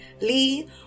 Lee